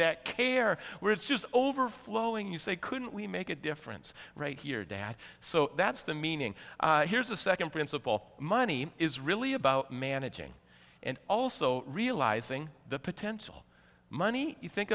that care where it's just overflowing you say couldn't we make a difference right here dad so that's the meaning here's a second principle money is really about managing and also realizing the potential money you think